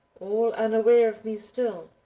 all unaware of me still,